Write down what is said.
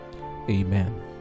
Amen